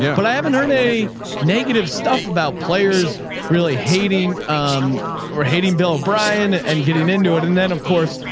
yeah but i haven't heard a negative stuff about players really hating um or hating bill bryan and getting into it. and then of course,